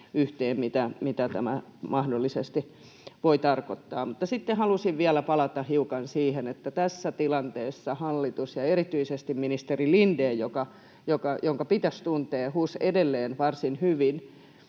yhteen, mitä tämä mahdollisesti voi tarkoittaa. Mutta sitten halusin vielä palata hiukan siihen, että tässä tilanteessa hallitus ja erityisesti ministeri Lindén, jonka pitäisi tuntea HUS edelleen varsin hyvin,